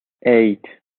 eight